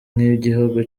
nk’igihugu